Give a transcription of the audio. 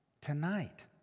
tonight